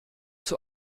zur